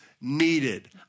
Needed